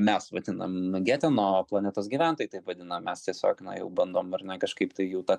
mes vadinam geteno planetos gyventojai taip vadinam mes tiesiog na jau bandom ar ne kažkaip tai jų tą